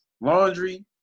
laundry